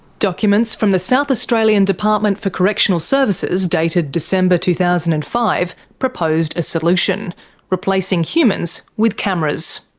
documents from the south australian department for correctional services dated december two thousand and five proposed a solution replacing humans with cameras.